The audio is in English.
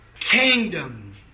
Kingdom